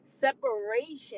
separation